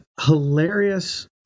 hilarious